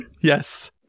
Yes